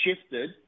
shifted